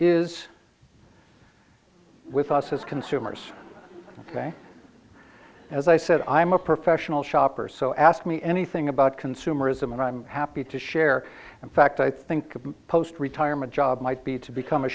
is with us as consumers as i said i'm a professional shopper so ask me anything about consumerism and i'm happy to share in fact i think post retirement job might be to become a